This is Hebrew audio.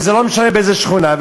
וזה לא משנה באיזו שכונה.